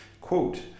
Quote